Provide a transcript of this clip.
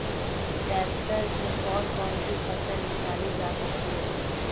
Tractor से कौन कौनसी फसल निकाली जा सकती हैं?